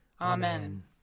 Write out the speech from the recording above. Amen